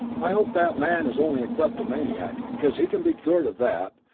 i hope that man is only a kleptomaniac, because he can be cured of that,